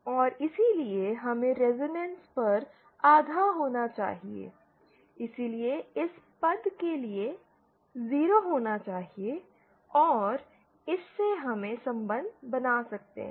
और इसलिए हमें रेजोनेंस पर आधा होना चाहिए इसलिए इस पद के लिए 0 होना चाहिए और इससे हम संबंध बना सकते हैं